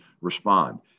respond